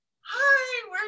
hi